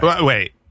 Wait